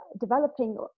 developing